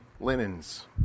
linens